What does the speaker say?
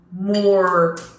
more